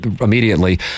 immediately